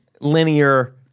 linear